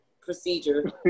procedure